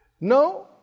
no